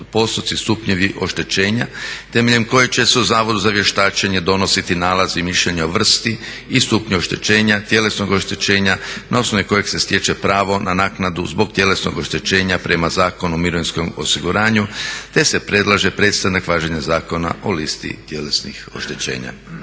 i postotci, stupnjevi oštećenja temeljem koje će se u Zavodu za vještačenje donositi nalazi i mišljenja o vrsti i stupnju oštećenja, tjelesnog oštećenja na osnovi kojeg se stječe pravo na naknadu zbog tjelesnog oštećenja prema Zakonu o mirovinskom osiguranju te se predlaže prestanak važenja Zakona o listi tjelesnih oštećenja.